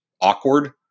awkward